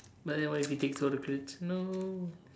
but then what if you take all the credits no